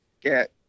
get